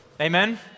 Amen